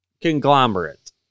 conglomerate